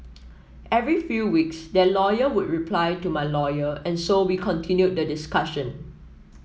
every few weeks their lawyer would reply to my lawyer and so we continued the discussion